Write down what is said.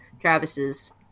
Travis's